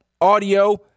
audio